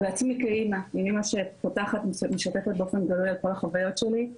ובעצמי כאימא שמשתפת באופן גלוי על כל החוויות שלי.